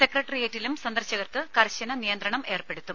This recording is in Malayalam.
സെക്രട്ടറിയേറ്റിലും സന്ദർശകർക്ക് കർശന നിയന്ത്രണം ഏർപ്പെടുത്തും